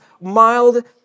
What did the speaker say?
mild